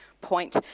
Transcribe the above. point